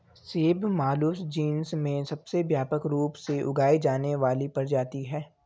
सेब Malus genus में सबसे व्यापक रूप से उगाई जाने वाली प्रजाति है